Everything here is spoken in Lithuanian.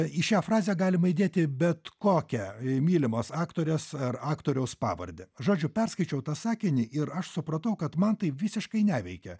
į šią frazę galima įdėti bet kokią mylimos aktorės ar aktoriaus pavardę žodžiu perskaičiau tą sakinį ir aš supratau kad man tai visiškai neveikia